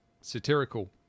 satirical